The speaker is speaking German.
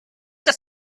das